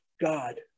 God